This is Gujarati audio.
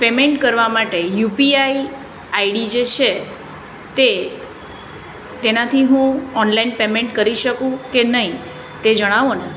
પેમેન્ટ કરવા માટે યુપીઆઈ આઈડી જે છે તે તેનાથી હું ઓનલાઈન પેમેન્ટ કરી શકું કે નહીં તે જણાવો ને